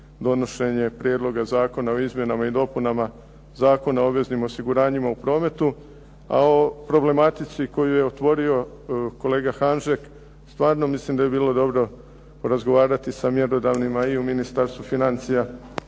donošenje Prijedloga zakona o izmjenama i dopunama Zakona o obveznim osiguranjima u prometu, a o problematici koju je otvorio kolega Hanžek, stvarno mislim da bi bilo dobro porazgovarati sa mjerodavnima i u Ministarstvu financija